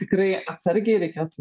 tikrai atsargiai reikėtų